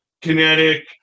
Kinetic